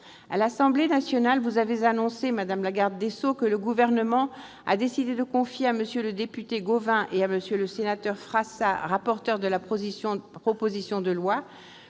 À l'Assemblée nationale, vous avez annoncé, madame la garde des sceaux, que le Gouvernement avait décidé de confier à M. le député Gauvain et à M. le sénateur Frassa, rapporteur de la proposition de loi,